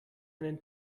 einen